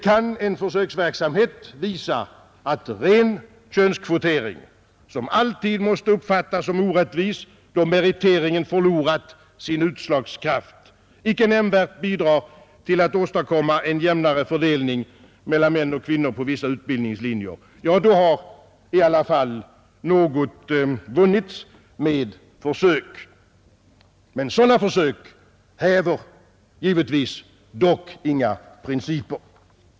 Kan en försöksverksamhet visa att ren könskvotering, som alltid måste uppfattas som orättvis då meriteringen förlorat sin utslagskraft, inte nämnvärt bidrar till att åstadkomma en jämnare fördelning mellan män och kvinnor på vissa utbildningslinjer, har i alla fall något vunnits med försök. Men sådana försök häver givetvis inga principer.